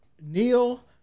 Neil